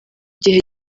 gihe